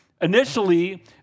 initially